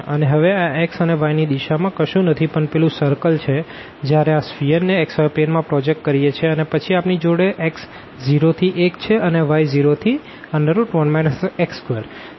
અને હવે આ x અને y ની દિશા માં કશું નથી પણ પેલું સર્કલ છે જયારે આ સ્ફીઅર ને xy પ્લેન માં પ્રોજેક્ટ કરીએ છે અને પછી આપણી જોડે x 0 થી 1 છે અને y 0 થી 1 x2